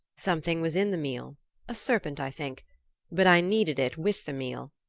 something was in the meal a serpent, i think but i kneaded it with the meal,